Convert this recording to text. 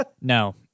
no